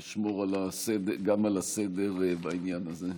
אני אשמור על הסדר בעניין הזה.